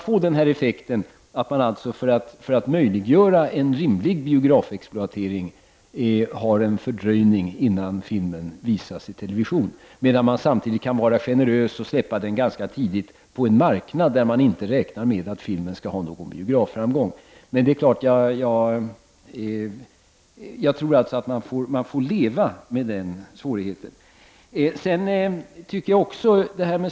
För att möjliggöra en rimlig biografexploatering kan man då få effekten av en fördröjning, innan filmen visas i television. Samtidigt kan man vara generös och släppa ut den ganska tidigt på en marknad där man inte räknar med att filmen skall ha någon biografframgång. Jag tror man får leva med den svårigheten.